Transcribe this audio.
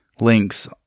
links